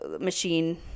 machine